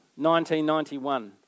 1991